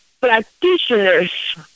practitioners